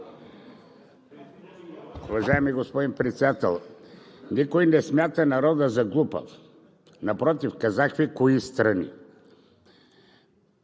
Уважаеми господин Председател! Никой не смята народа за глупав – напротив, казах Ви кои страни